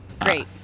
Great